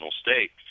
state